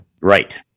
Right